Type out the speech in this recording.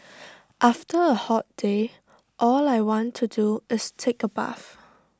after A hot day all I want to do is take A bath